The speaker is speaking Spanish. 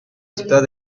ciudad